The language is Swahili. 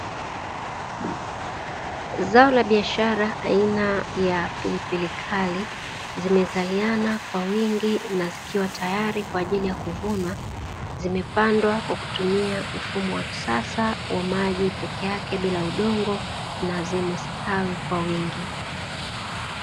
Zao la biashara aina ya pilipili kali zimezaliana kwa wingi na zikiwa tayari kwa ajili ya kuvunwa, zimepandwa kwa kutumia mfumo wa kisasa wa maji peke yake bila udongo na zimestawi kwa wingi.